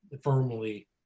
firmly